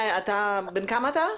בן כמה אתה?